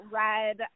red